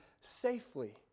safely